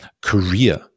Career